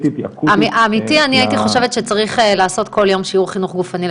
אמרנו שזה באמת מצב חירום לאומי,